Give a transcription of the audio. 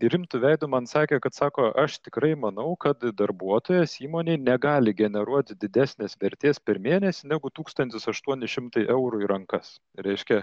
rimtu veidu man sakė kad sako aš tikrai manau kad darbuotojas įmonei negali generuoti didesnės vertės per mėnesį negu tūkstantis aštuoni šimtai eurų į rankas reiškia